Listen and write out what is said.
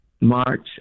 March